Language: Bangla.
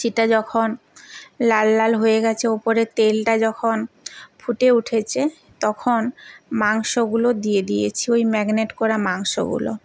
সেটা যখন লাল লাল হয়ে গেছে ওপরের তেলটা যখন ফুটে উঠেছে তখন মাংসগুলো দিয়ে দিয়েছি ওই ম্যাগনেট করা মাংসগুলো